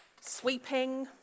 sweeping